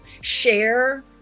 share